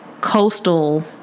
coastal